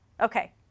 Okay